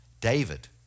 David